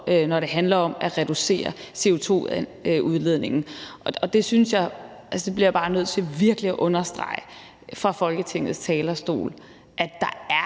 når det handler om at reducere CO2-udledningen. Jeg synes – det bliver jeg bare nødt til virkelig at understrege fra Folketingets talerstol – at der er